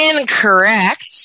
Incorrect